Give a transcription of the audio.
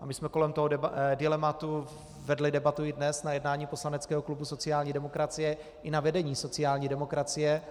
My jsme kolem toho dilematu vedli debatu i dnes na jednání poslaneckého klubu sociální demokracie i na vedení sociální demokracie.